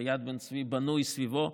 שיד בן צבי בנוי סביבו,